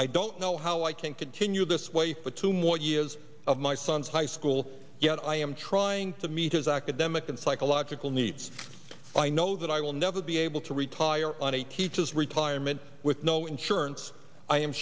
i don't know how i can continue this way for two more years of my son's high school yet i am trying to meet his academic and psychological needs i know that i will never be able to retire on a teacher's retirement with no insurance i am